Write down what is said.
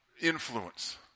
influence